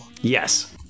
Yes